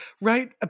right